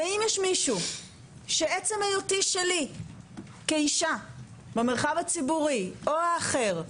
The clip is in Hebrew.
אם יש מישהו שעצם היותי שלי כאישה במרחב הציבורי או האחר,